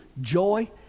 joy